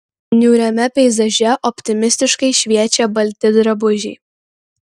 niūriame peizaže optimistiškai šviečia balti drabužiai